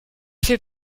fait